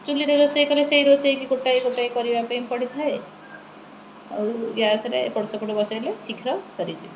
ଚୁଲିରେ ରୋଷେଇ କଲେ ସେଇ ରୋଷେଇକି ଗୋଟାଏ ଗୋଟାଏ କରିବା ପାଇଁ ପଡ଼ିଥାଏ ଆଉ ଗ୍ୟାସରେ ଏପଟସେପଟ ବସାଇଲେ ଶୀଘ୍ର ସରିଯିବ